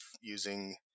using